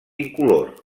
incolor